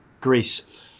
Greece